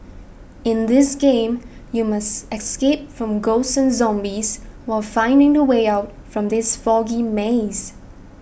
in this game you must escape from ghosts and zombies while finding the way out from this foggy maze